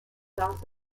also